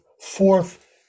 fourth